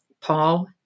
Paul